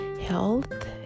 health